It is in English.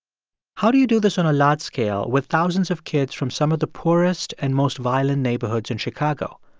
how do you do this on a large scale with thousands of kids from some of the poorest and most violent neighborhoods in chicago?